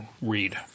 read